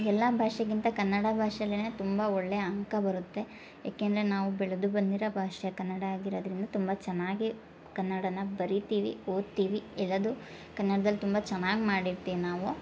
ಎಲ್ಲ ಭಾಷೆಗಿಂತ ಕನ್ನಡ ಭಾಷೆಲೆ ತುಂಬ ಒಳ್ಳೆಯ ಅಂಕ ಬರುತ್ತೆ ಏಕೆಂದರೆ ನಾವು ಬೆಳೆದು ಬಂದಿರೋ ಭಾಷೆ ಕನ್ನಡ ಆಗಿರೋದ್ರಿಂದ ತುಂಬ ಚೆನ್ನಾಗೇ ಕನ್ನಡನ ಬರಿತೀವಿ ಓದ್ತೀವಿ ಎಲ್ಲವೂ ಕನ್ನಡ್ದಲ್ಲಿ ತುಂಬ ಚೆನ್ನಾಗಿ ಮಾಡಿರ್ತೀವಿ ನಾವು